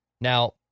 Now